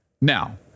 Now